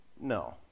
no